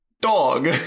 Dog